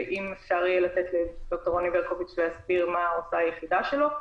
ואם אפשר ד"ר רוני ברקוביץ' יסביר מה עושה היחידה שלו.